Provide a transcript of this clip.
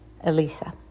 Elisa